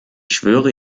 schwöre